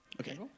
Okay